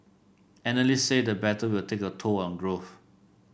analysts say the battle will take a toll on growth